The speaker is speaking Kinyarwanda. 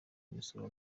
imisoro